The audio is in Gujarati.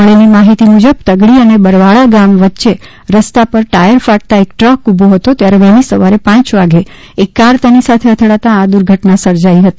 મળેલી માહિતી મુજબતગડી અને બરવાળા ગામ વચ્ચે રસ્તા પર ટાયર ફાટતા એક ટ્રક ઉભો હતો ત્યારે વહેલી સવારે પાંચ વાગે એક કાર તેની સાથે અથડાતાં આ દુર્ધટના સર્જાઈ હતી